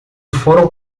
foram